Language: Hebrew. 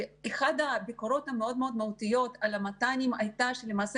אחת הביקורות המאוד-מאוד מהותיות על המת"נים הייתה שלמעשה